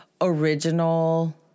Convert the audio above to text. original